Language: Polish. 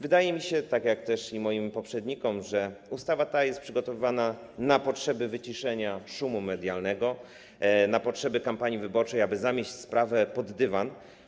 Wydaje mi się, tak jak i moim poprzednikom, że ta ustawa jest przygotowywana na potrzeby wyciszenia szumu medialnego, na potrzeby kampanii wyborczej, aby zamieść sprawę pod dywan.